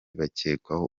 bakekwaho